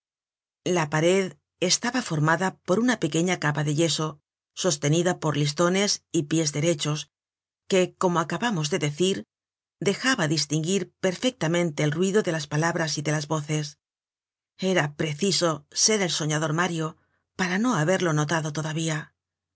la pared estaba formada por una pequeña capa de yeso sostenida por listones y pies derechos que como acabamos de decir dejaba distinguir perfectamente el ruido de las palabras y de las voces era preciso ser el soñador mario para no haberlo notado todavía